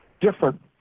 different